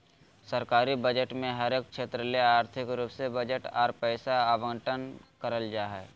सरकारी बजट मे हरेक क्षेत्र ले आर्थिक रूप से बजट आर पैसा आवंटन करल जा हय